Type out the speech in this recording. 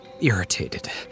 irritated